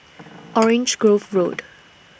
Orange Grove Road